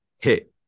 hit